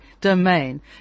domain